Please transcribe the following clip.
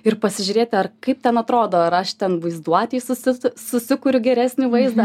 ir pasižiūrėti ar kaip ten atrodo ar aš ten vaizduotėj susisu susikuriu geresnį vaizdą